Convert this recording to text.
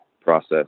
process